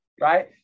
right